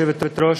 כבוד היושבת-ראש,